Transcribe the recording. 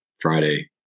Friday